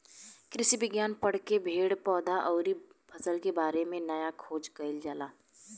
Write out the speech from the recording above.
कृषि विज्ञान पढ़ के पेड़ पौधा अउरी फसल के बारे में नया खोज कईल जाला